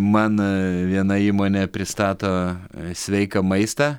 man viena įmonė pristato sveiką maistą